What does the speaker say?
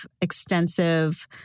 extensive